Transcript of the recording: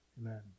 Amen